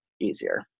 easier